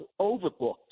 overbooked